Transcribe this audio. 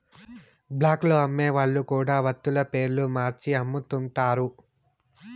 black లో అమ్మే వాళ్ళు కూడా వత్తుల పేర్లు మార్చి అమ్ముతుంటారు